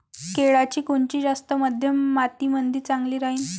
केळाची कोनची जात मध्यम मातीमंदी चांगली राहिन?